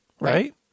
right